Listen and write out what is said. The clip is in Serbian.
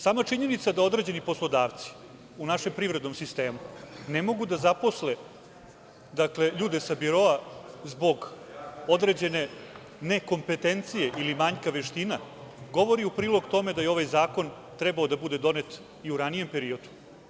Sama činjenica da određeni poslodavci u našem privrednom sistemu ne mogu da zaposle ljude sa biroa zbog određene nekomptencije ili manjka veština, govori u prilog tome da je ovaj zakon trebao da bude donet i u ranijem periodu.